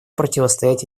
противостоять